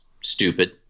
stupid